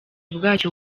bwacyo